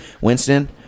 Winston